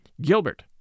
Gilbert